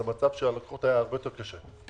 אז המצב של הלקוחות היה הרבה יותר קשה,